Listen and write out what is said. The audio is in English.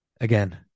Again